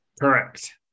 Correct